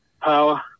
power